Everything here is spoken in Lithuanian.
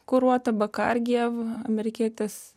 kuruota bakargjev amerikietis